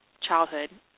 childhood